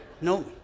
No